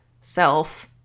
self